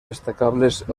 destacables